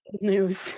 news